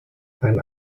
ein